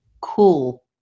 cool